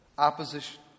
Opposition